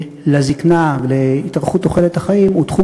לזיקנה ולהתארכות תוחלת החיים היא תחום